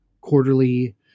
quarterly